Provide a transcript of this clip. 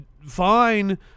fine